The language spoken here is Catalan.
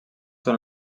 són